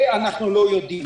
את זה אנחנו לא יודעים.